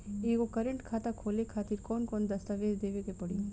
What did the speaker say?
एगो करेंट खाता खोले खातिर कौन कौन दस्तावेज़ देवे के पड़ी?